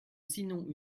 sinon